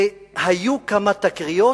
היו כמה תקריות